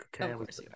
Okay